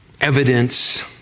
evidence